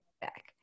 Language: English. back